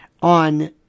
on